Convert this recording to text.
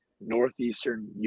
Northeastern